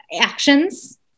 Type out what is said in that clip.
actions